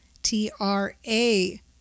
T-R-A